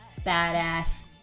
badass